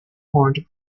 horned